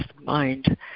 mind